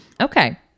Okay